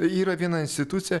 yra viena institucija